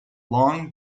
long